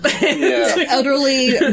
elderly